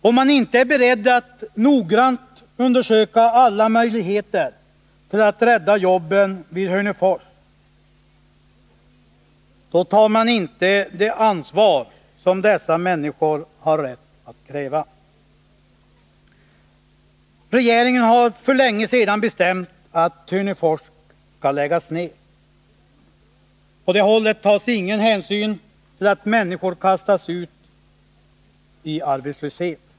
Om man inte är beredd att noggrant undersöka alla möjligheter till att rädda jobben vid Hörnefors, tar man inte det ansvar som dessa människor har rätt att kräva. Regeringen har för länge sedan bestämt att Hörnefors skall läggas ned. Från det hållet tas ingen hänsyn till att människor kastas ut i arbetslöshet.